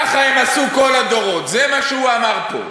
ככה הם עשו כל הדורות, זה מה שהוא אמר פה,